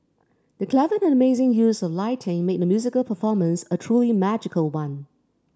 the clever and amazing use of lighting made the musical performance a truly magical one